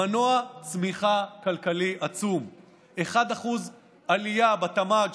זהו מנוע צמיחה כלכלי עצום: 1% עלייה בתמ"ג,